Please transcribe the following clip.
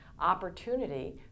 opportunity